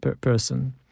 person